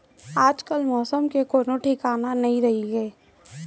आजकाल मौसम के कोनों ठिकाना नइ रइगे